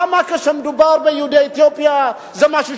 למה כשמדובר ביהודי אתיופיה זה משהו שונה?